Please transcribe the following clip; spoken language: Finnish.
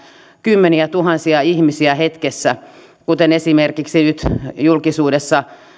kymmeniätuhansia ihmisiä hetkessä kuten esimerkiksi nyt julkisuudessa